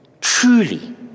truly